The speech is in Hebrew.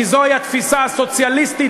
כי זאת התפיסה הסוציאליסטית,